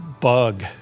bug